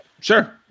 Sure